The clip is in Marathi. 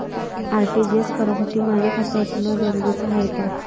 आर.टी.जी.एस करासाठी माय खात असनं जरुरीच हाय का?